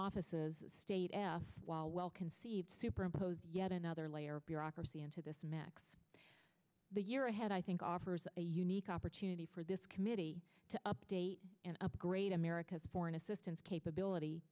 offices state while well conceived super imposed yet another layer of bureaucracy into this max the year ahead i think offers a unique opportunity for this committee to update and upgrade america's foreign assistance capability